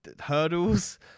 hurdles